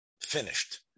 finished